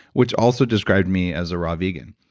which also described me as a raw vegan.